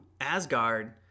Asgard